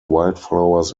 wildflowers